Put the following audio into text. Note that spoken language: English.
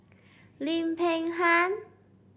Lim Peng Han